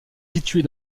située